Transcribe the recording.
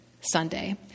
Sunday